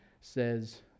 says